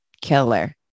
killer